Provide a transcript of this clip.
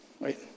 right